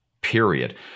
Period